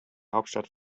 hauptstadt